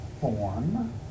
form